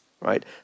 right